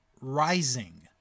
rising